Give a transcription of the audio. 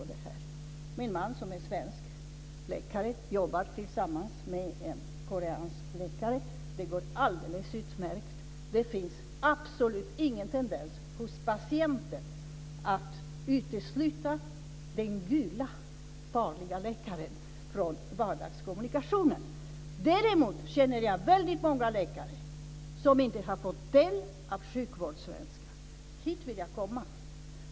Min man som är svensk läkare jobbar tillsammans med en koreansk läkare. Det går alldeles utmärkt. Det finns absolut ingen tendens hos patienterna att utesluta den gula farliga läkaren från vardagskommunikationen. Däremot känner jag väldigt många läkare som inte har fått del av sjukvårdssvenska. Hit vill jag komma.